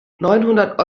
neunhundert